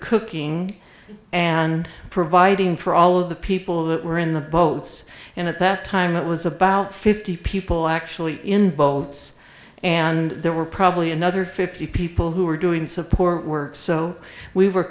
cooking and providing for all of the people that were in the boats and at that time it was about fifty people actually in boats and there were probably another fifty people who were doing so poor work so we were